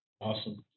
Awesome